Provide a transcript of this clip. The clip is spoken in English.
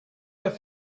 gonna